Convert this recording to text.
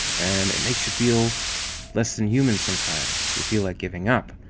and it makes you feel less than human sometimes. you feel like giving up.